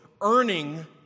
earning